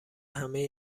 همه